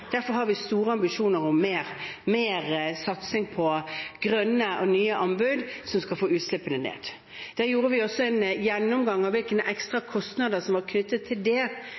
satsing på grønne og nye anbud som skal få utslippene ned. Der gjorde vi også en gjennomgang av hvilke ekstra kostnader som var knyttet til det.